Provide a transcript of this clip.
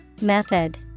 Method